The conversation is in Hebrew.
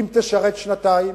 אם תשרת שנתיים,